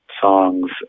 songs